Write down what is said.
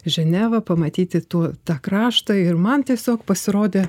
ženevą pamatyti tų tą kraštą ir man tiesiog pasirodė